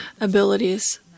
abilities